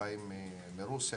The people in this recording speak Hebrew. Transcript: שמגיעים מרוסיה